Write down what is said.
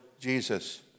Jesus